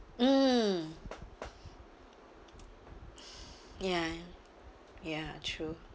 mm ya ya true true ya